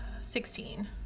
Sixteen